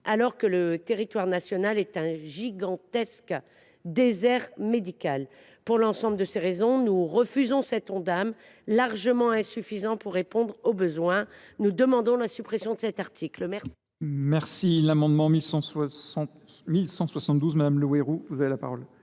alors que le territoire national est un gigantesque désert médical. Pour l’ensemble de ces raisons, nous refusons cet Ondam, largement insuffisant pour répondre aux besoins, et nous demandons la suppression de cet article. La